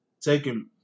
taking